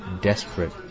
desperate